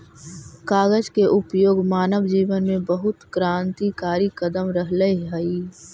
कागज के उपयोग मानव जीवन में बहुत क्रान्तिकारी कदम रहले हई